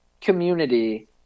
community